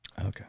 Okay